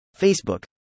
Facebook